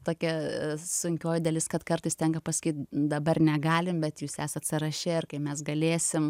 tokia sunkioji dalis kad kartais tenka pasakyt dabar negalim bet jūs esat sąraše ir kai mes galėsim